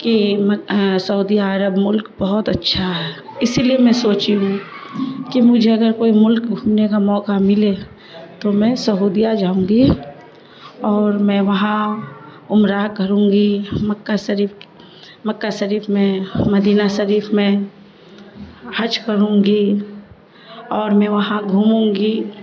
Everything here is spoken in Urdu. کہ سعودیہ عرب ملک بہت اچھا ہے اسی لیے میں سوچی ہوں کہ مجھے اگر کوئی ملک گھومنے کا موقع ملے تو میں سعودیہ جاؤں گی اور میں وہاں عمرہ کروں گی مکہ شریف مکہ شریف میں مدینہ شریف میں حج کروں گی اور میں وہاں گھوموں گی